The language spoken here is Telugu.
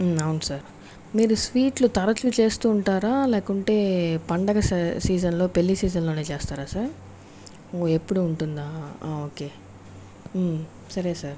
అవును సార్ మీరు స్వీట్లు తరచు చేస్తు ఉంటారా లేకుంటే పండుగ సీజన్లో పెళ్ళి సీజన్లోనే చేస్తారా సార్ ఓ ఎప్పుడు ఉంటుందా ఓకే సరే సార్